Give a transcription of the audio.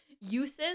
Uses